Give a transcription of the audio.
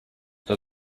that